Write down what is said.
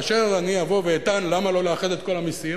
כאשר אני אבוא ואטען למה לא לאחד את כל המסים,